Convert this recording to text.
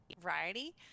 variety